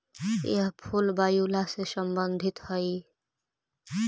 यह फूल वायूला से संबंधित हई